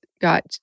got